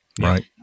Right